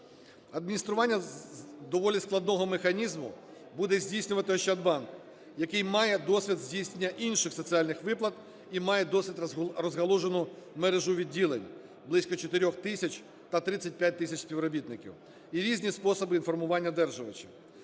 Адміністрування доволі складного механізму буде здійснювати "Ощадбанк", який має досвід здійснення інших соціальних виплат і має досить розгалужену мережу відділень – близько 4 тисяч та 35 тисяч співробітників, – і різні способи інформування одержувачів.